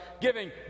giving